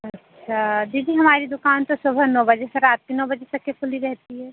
अच्छा जी जी हमारी दुकान तो सुबह नौ बजे से रात के नौ बजे तक के खुली रहती है